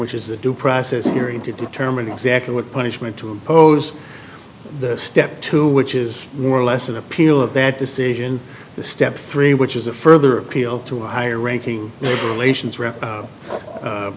which is the due process hearing to determine exactly what punishment to impose step two which is more or less an appeal of that decision to step three which is a further appeal to a higher ranking relations rep